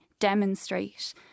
demonstrate